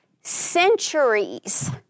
centuries